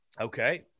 Okay